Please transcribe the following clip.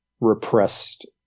repressed